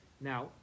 Now